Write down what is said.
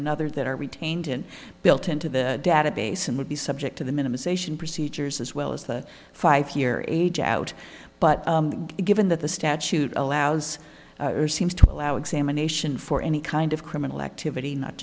another that are retained in built into the database and would be subject to the minimisation procedures as well as the five year age out but given that the statute allows seems to allow examination for any kind of criminal activity not